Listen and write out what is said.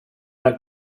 not